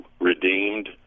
redeemed